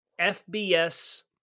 FBS